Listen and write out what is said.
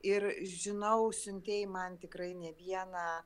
ir žinau siuntei man tikrai ne vieną